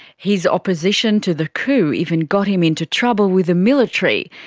his opposition to the coup even got him into trouble with the military,